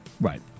Right